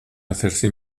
hacerse